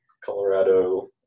Colorado